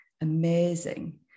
amazing